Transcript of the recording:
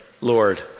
Lord